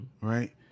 Right